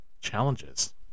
challenges